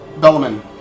Bellman